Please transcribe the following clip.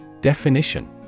Definition